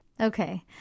Okay